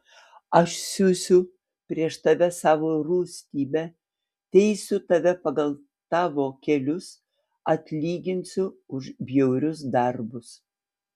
aš siųsiu prieš tave savo rūstybę teisiu tave pagal tavo kelius atlyginsiu už bjaurius darbus